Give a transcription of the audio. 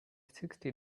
sixty